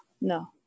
no